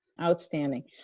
Outstanding